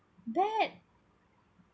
that